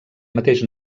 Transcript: mateix